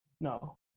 no